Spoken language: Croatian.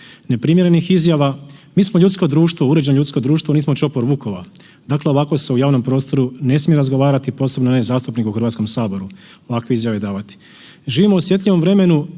neprimjerenih izjava. Mi smo uređeno ljudsko društvo, nismo čopor vukova, dakle ovako se u javnom prostoru ne smije razgovarati, posebno ne zastupnik u Hrvatskom saboru ovakve izjave davati. Živimo u osjetljivom vremenu